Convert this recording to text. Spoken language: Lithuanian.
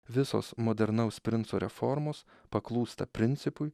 visos modernaus princo reformos paklūsta principui